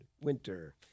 winter